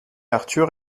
arthur